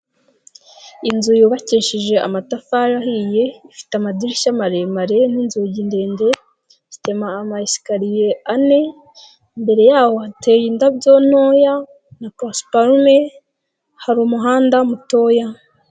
Inzu yubakishije amatafari ahiye ifite amadirishya maremare n'inzugi ndende, ifite ama esikariye ane, imbere yaho hateye indabyo ntoya na pasiparume, hari muhanda mutoya.